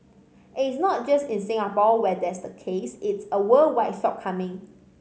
and it's not just in Singapore where that's the case it's a worldwide shortcoming